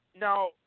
now